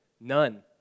None